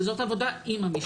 זו עבודה עם המשטרה.